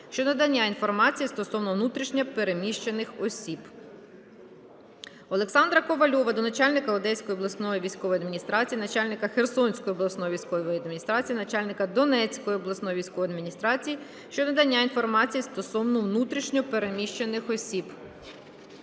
щодо надання інформації стосовно внутрішньо переміщених осіб. Олександра Ковальова до начальника Одеської обласної військової адміністрації, начальника Херсонської обласної військової адміністрації, начальника Донецької обласної військової адміністрації щодо надання інформації стосовно внутрішньо переміщених осіб.